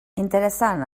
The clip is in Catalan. interessant